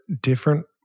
different